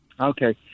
Okay